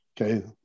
okay